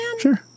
Sure